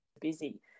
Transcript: busy